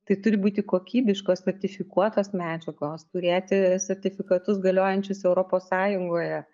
tai turi būti kokybiškos sertifikuotos medžiagos turėti sertifikatus galiojančius europos sąjungoje